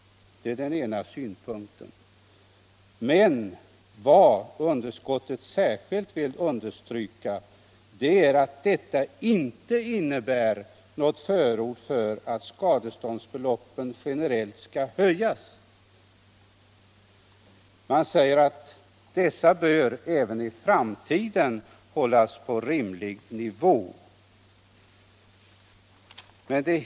Utskottet vill därvid särskilt understryka att detta inte innebär något förord för att skadeståndsbeloppen generellt skall höjas, utan de bör även i framtiden hållas på en rimlig nivå.